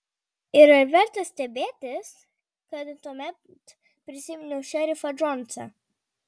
ir ar verta stebėtis kad tuomet prisiminiau šerifą džonsą